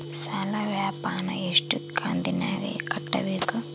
ಸಾಲ ವಾಪಸ್ ಎಷ್ಟು ಕಂತಿನ್ಯಾಗ ಕಟ್ಟಬೇಕು?